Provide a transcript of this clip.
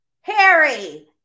Harry